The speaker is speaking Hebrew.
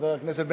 חבר הכנסת,